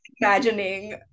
imagining